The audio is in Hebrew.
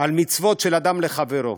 על מצוות של אדם לחברו.